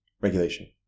regulation